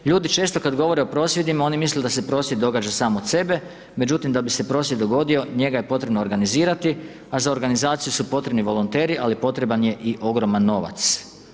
Ljudi često kada govore o prosvjedima, oni misle da se prosvjed događa sam od sebe, međutim, da bi se prosvjed dogodio, njega je potrebno organizirati, a za organizaciju su potrebni volonteri, ali potrebna je i ogroman novac.